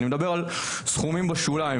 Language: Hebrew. אני מדבר על סכומים בשוליים,